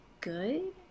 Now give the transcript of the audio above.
good